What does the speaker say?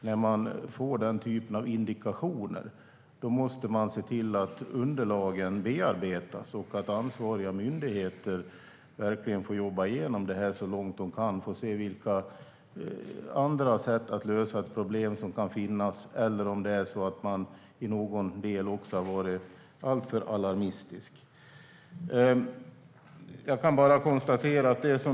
När man får denna typ av indikationer måste man se till att underlagen bearbetas och att ansvariga myndigheter får jobba igenom detta så långt de kan för att se vilka andra sätt att lösa ett problem som finns. Det kan också vara så att man i någon del har varit alltför alarmistisk.